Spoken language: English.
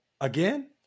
Again